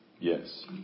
Yes